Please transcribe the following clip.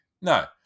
No